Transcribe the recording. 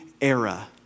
era